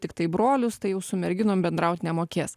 tiktai brolius tai jau su merginom bendraut nemokės